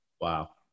Wow